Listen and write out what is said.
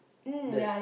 that's